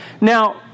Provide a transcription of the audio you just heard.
Now